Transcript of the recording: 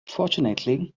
fortunately